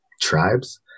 tribes